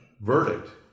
verdict